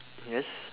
yes